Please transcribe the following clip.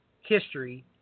history